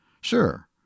Sure